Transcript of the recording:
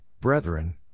brethren